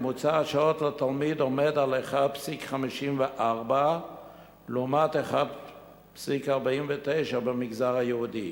ממוצע השעות לתלמיד עומד על 1.54 לעומת 1.49 במגזר היהודי.